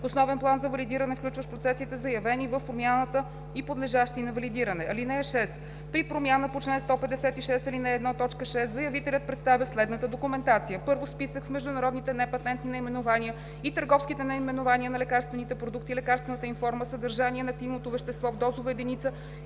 основен план за валидиране, включващ процесите, заявени в промяната и подлежащи на валидиране. (6) При промяна по чл. 156, ал. 1, т. 6 заявителят представя следната документация: 1. списък с международните непатентни наименования и търговските наименования на лекарствените продукти, лекарствената им форма, съдържание на активното вещество в дозова единица